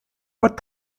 what